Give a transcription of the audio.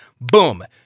Boom